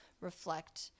reflect